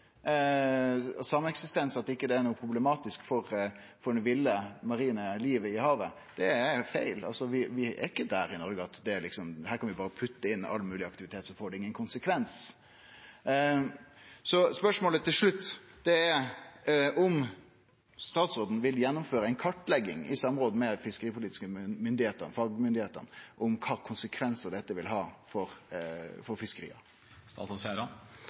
At sameksistens ikkje er noko problematisk for det ville marine livet i havet, er feil. Vi er ikkje der i Noreg at vi berre kan putte inn all mogleg aktivitet, og så får det ingen konsekvens. Spørsmålet til slutt er om statsråden vil gjennomføre ei kartlegging i samråd med fiskeripolitiske myndigheiter, fagmyndigheitene, om kva konsekvensar dette vil ha for